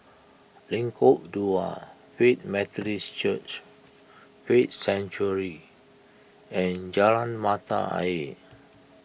Lengkok Dua Faith Methodist Church Faith Sanctuary and Jalan Mata Ayer